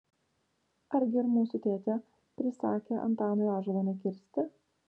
argi ir mūsų tėtė prisakė antanui ąžuolo nekirsti